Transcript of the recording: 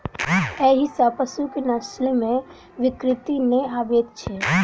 एहि सॅ पशुक नस्ल मे विकृति नै आबैत छै